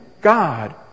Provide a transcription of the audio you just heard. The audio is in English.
God